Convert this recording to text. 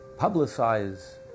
publicize